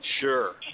Sure